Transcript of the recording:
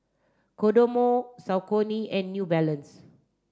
Kodomo Saucony and New Balance